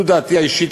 זו דעתי האישית,